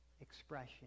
expression